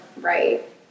right